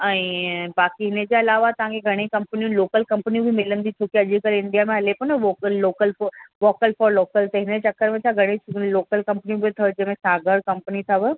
ईअं बाक़ी इन जे अलावा तव्हांखे घणियूं कम्पनियूं लोकल कम्पनियूं बि मिलंदी छो की अॼुकल्ह इंडिया में हले थो न vocal local vocal for local त हिन जे चकर में असां घणेई लोकल कम्पनियूं बि अथव जंहिंमें सागर कंपनी अथव